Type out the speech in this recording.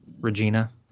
Regina